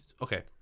okay